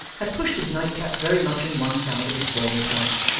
had pushed his nightcap very much on one side of his bald head.